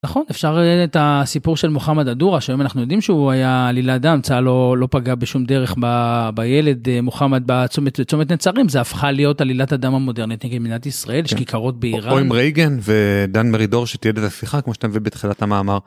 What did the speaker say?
נכון אפשר את הסיפור של מוחמד אדורה שהיום אנחנו יודעים שהוא היה עלילת דם. צה"ל לא פגע בשום דרך בילד מוחמד בצומת נצרים. זה הפכה להיות עלילת הדם המודרנית נגד מדינת ישראל שכיכרות באיראן... כמו עם רייגן ודן מרידור שתיעד את השיחה כמו שאתה מביא בתחילת המאמר.